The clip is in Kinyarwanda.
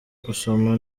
gusoma